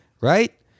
right